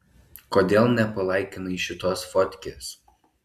kodėl nepalaikinai šitos fotkės